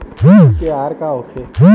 मुर्गी के आहार का होखे?